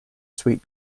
sweet